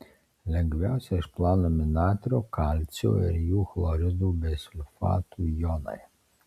lengviausiai išplaunami natrio kalcio ir jų chloridų bei sulfatų jonai